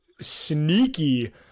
sneaky